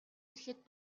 ирэхэд